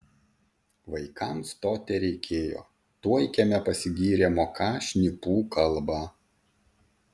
vaikams to tereikėjo tuoj kieme pasigyrė moką šnipų kalbą